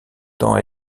temps